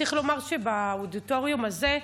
צריך לומר שבאודיטוריום הזה,